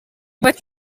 but